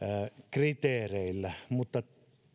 kriteereillä mutta